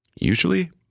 usually